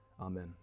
amen